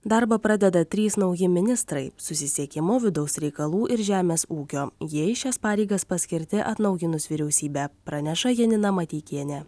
darbą pradeda trys nauji ministrai susisiekimo vidaus reikalų ir žemės ūkio jie į šias pareigas paskirti atnaujinus vyriausybę praneša janina mateikienė